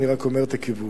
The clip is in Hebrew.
אני רק אומר את הכיוון.